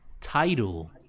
title